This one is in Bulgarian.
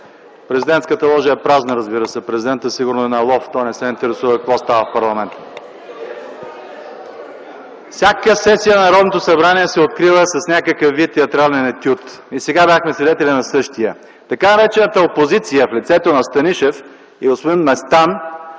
Президентската ложа е празна, разбира се. Президентът сигурно е на лов, той не се интересува какво става в парламента. (Шум и реплики от КБ.) Всяка сесия на Народното събрание се открива с някакъв вид театрален етюд, и сега бяхме свидетели на същия. Така наречената опозиция в лицето на Станишев и господин Местан